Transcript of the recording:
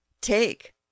take